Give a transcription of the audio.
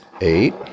eight